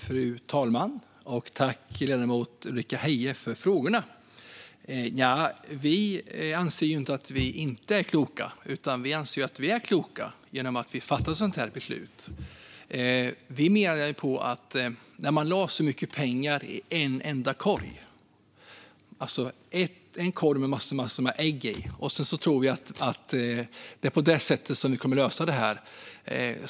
Fru talman! Jag tackar ledamoten Ulrika Heie för frågorna. Vi anser inte att vi inte är kloka, utan vi anser att vi är kloka när vi fattar ett sådant här beslut. Vi menar att man lade mycket pengar i en enda korg - man lade en massa ägg i samma korg - och trodde att det skulle lösas på det sättet.